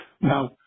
now